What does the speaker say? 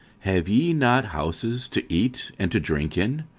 have ye not houses to eat and to drink in?